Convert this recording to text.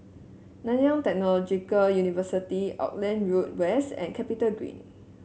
Nanyang Technological University Auckland Road West and CapitaGreen